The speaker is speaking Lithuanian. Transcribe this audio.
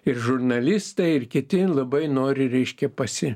ir žurnalistai ir kiti labai nori reiškia pasi